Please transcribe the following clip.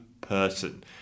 person